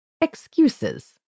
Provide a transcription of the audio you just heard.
excuses